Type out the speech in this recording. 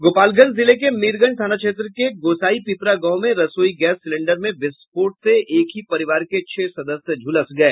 गोपालगंज जिले के मीरगंज थाना क्षेत्र के गोसाईपिपरा गांव में रसोई गैस सिलेंडर में विस्फोट हो जाने से एक ही परिवार के छह सदस्य झुलस गए